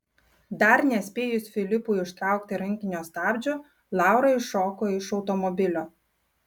dar nespėjus filipui užtraukti rankinio stabdžio laura iššoko iš automobilio